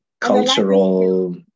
Cultural